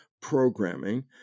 programming